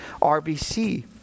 RBC